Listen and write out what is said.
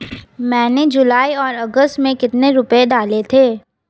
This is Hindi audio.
मैंने जुलाई और अगस्त में कितने रुपये डाले थे?